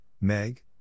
Meg